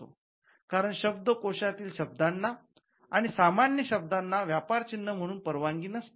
कारण शब्द कोषातील शब्दांना आणि सामान्य शब्दांना व्यापार चिन्ह म्हणून परवानगी नसते